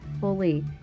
fully